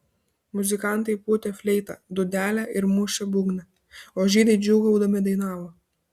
muzikantai pūtė fleitą dūdelę ir mušė būgną o žydai džiūgaudami dainavo